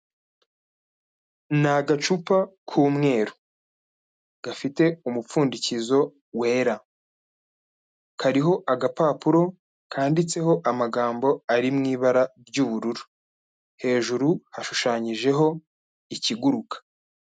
Ni agacupa k'umweru gafite umupfundikizo wera, kariho agapapuro kandiditseho amagambo ari mu ibara ry'ubururu, hejuru hashushanyijeho ikiguruka.